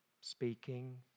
speaking